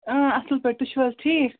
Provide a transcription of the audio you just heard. اَصٕل پٲٹھۍ تُہۍ چھُو حظ ٹھیٖک